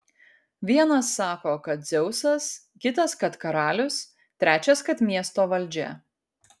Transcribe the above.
vienas sako kad dzeusas kitas kad karalius trečias kad miesto valdžia